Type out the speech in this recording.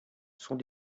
sont